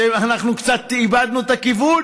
אנחנו קצת איבדנו את הכיוון.